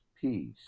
peace